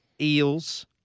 Eels